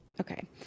okay